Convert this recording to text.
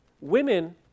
women